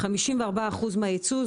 54 אחוזים מהיצוא.